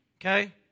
Okay